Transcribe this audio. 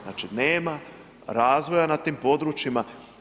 Znači nema razvoja na tim područjima.